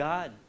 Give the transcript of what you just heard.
God